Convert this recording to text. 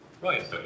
Right